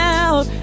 out